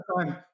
time